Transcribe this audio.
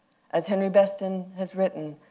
as henry beston has written,